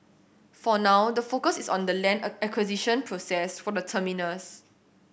for now the focus is on the land acquisition process for the terminus